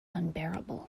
unbearable